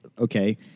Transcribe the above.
okay